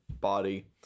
body